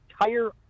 entire